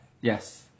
yes